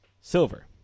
Silver